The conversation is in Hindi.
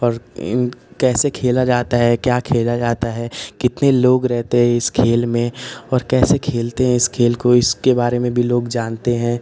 और इन कैसे खेला जाता है क्या खेला जाता है कितने लोग रहते हैं इस खेल में और कैसे खेलते हैं इस खेल को इसके बारे में भी लोग जानते हैं